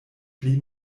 pli